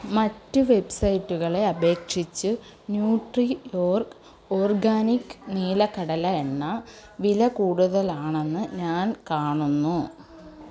മറ്റ് വെബ്സൈറ്റുകളെ അപേക്ഷിച്ച് ന്യൂട്രീയോർഗ് ഓർഗാനിക് നിലക്കടല എണ്ണ വില കൂടുതലാണെന്ന് ഞാൻ കാണുന്നു